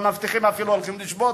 המאבטחים אפילו הולכים לשבות.